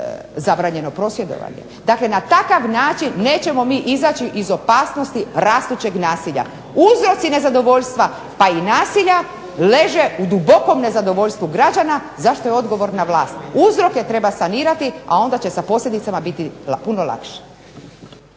zabranjeno prosvjedovanje. Dakle, na takav način nećemo mi izaći iz opasnosti rastućeg nasilja. Uzroci nezadovoljstva, pa i nasilja leže u dubokom nezadovoljstvu građana za što je odgovorna vlast. Uzroke treba sanirati, a onda će sa posljedicama biti puno lakše.